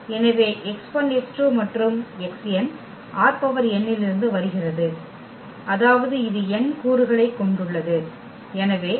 எனவே x1 x2 மற்றும் xn ℝn இலிருந்து வருகிறது அதாவது இது n கூறுகளைக் கொண்டுள்ளது எனவே x1 x2 xn